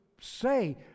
say